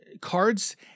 cards